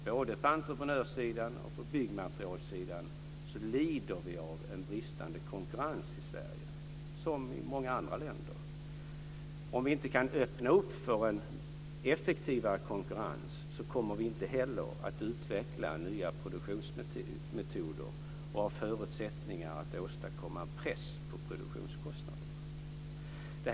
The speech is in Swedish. Både på entreprenörssidan och på byggmaterialssidan lider vi av en bristande konkurrens i Sverige, liksom i många andra länder. Om vi inte kan öppna för en effektivare konkurrens kommer vi inte heller att utveckla nya produktionsmetoder och ha förutsättningar att åstadkomma en press på produktionskostnaderna.